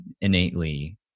innately